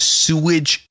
sewage